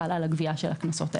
חלה על הגבייה של הקנסות האלה.